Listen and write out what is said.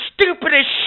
stupidest